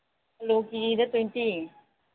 ꯑꯂꯨ ꯀꯦ ꯖꯤꯗ ꯇ꯭ꯋꯦꯟꯇꯤ